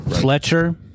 Fletcher